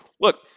Look